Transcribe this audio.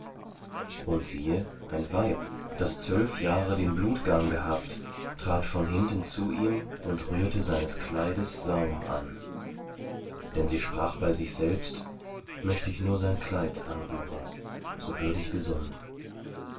und siehe ein weib das zwölf jahre den blutgang gehabt trat von hinten zu ihm und rührte seines kleides saum an denn sie sprach bei sich selbst möchte ich nur sein kleid anrühren so würde ich gesund